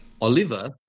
Oliver